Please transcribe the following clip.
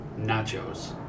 nachos